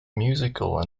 musical